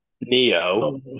Neo